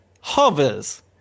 hovers